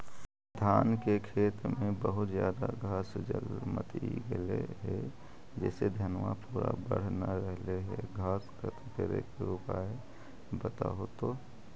धान के खेत में बहुत ज्यादा घास जलमतइ गेले हे जेसे धनबा पुरा बढ़ न रहले हे घास खत्म करें के उपाय बताहु तो?